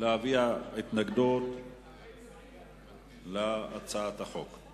להביע התנגדות להצעת החוק.